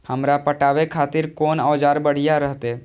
हमरा पटावे खातिर कोन औजार बढ़िया रहते?